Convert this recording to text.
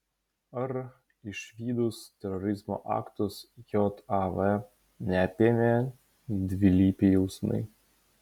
ar išvydus terorizmo aktus jav neapėmė dvilypiai jausmai